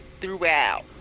throughout